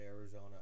Arizona